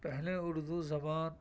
پہلے اردو زبان